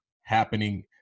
happening